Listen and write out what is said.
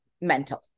mental